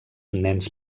nens